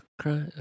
cry